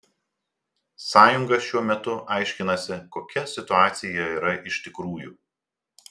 sąjunga šiuo metu aiškinasi kokia situacija yra iš tikrųjų